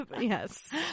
Yes